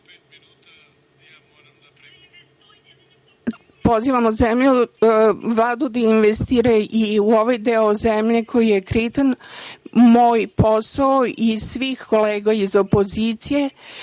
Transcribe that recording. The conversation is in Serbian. stižu. Pozivamo Vladu da investira i u ovaj deo zemlje koji je kritičan. Moj posao i svih kolega iz opozicije